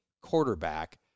quarterback